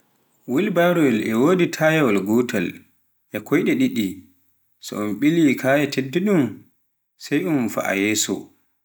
welbarowel e wodi taayawaal ngotaal, e koyɗe ɗiɗi, so un bili, kaya teddu ɗun sai un faah yeeso